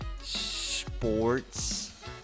sports